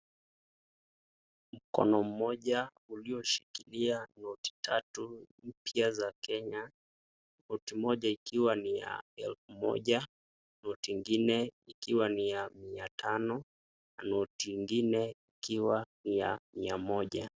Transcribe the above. Mkono mmoja ulioshikilia noti tatu mpya za Kenya, noti moja ikiwa ni ya elfu moja, noti ingine ikiwa ni ya mia tano, noti ingine ikiwa ni ya mia moja.